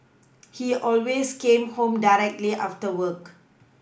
he always came home directly after work